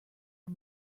our